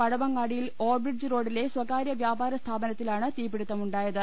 പഴവങ്ങാടിയിൽ over bridge റോഡിലെ സ്വകാര്യ വ്യാപാരസ്ഥാപനത്തിലാണ് തീപിടുത്തം ഉണ്ടായത്